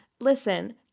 listen